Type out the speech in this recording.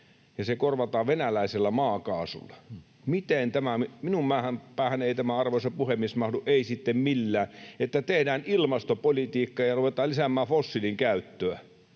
ja se korvataan venäläisellä maakaasulla. Minun päähäni ei tämä, arvoisa puhemies, mahdu, ei sitten millään, että tehdään ilmastopolitiikkaa ja ruvetaan lisäämään fossiilin käyttöä.